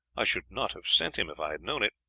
i should not have sent him if i had known it.